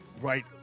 right